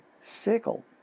sickle